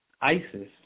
ISIS